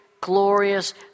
glorious